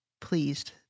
pleased